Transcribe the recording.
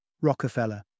Rockefeller